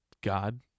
God